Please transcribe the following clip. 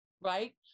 right